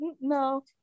no